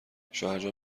شوهرجان